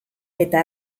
eta